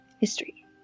History